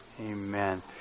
Amen